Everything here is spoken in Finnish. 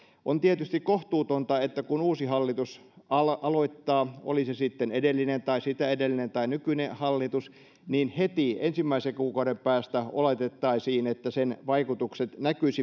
on tietysti kohtuutonta että kun uusi hallitus aloittaa oli se sitten edellinen tai sitä edellinen tai nykyinen hallitus niin heti ensimmäisen kuukauden päästä oletetaan että sen vaikutukset näkyvät